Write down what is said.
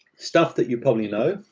stuff that you probably know,